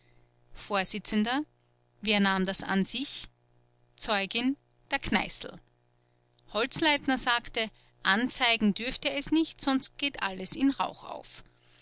vors wer nahm das an sich zeugin der kneißl holzleitner sagte anzeigen dürft ihr es nicht sonst geht alles in rauch auf